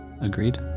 Agreed